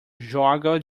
joga